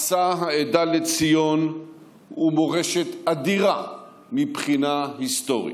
מסע העדה לציון הוא מורשת אדירה מבחינה היסטורית.